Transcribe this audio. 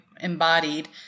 embodied